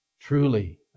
Truly